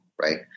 right